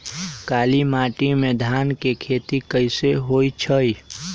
काली माटी में धान के खेती कईसे होइ छइ?